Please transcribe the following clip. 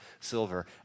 silver